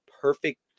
perfect